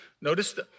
Notice